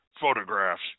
photographs